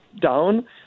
down